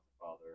Father